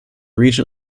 region